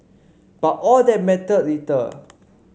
but all that mattered little